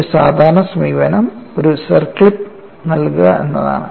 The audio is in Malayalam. ഒരു സാധാരണ സമീപനം ഒരു സർക്ലിപ്പ് നൽകുക എന്നതാണ്